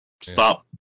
Stop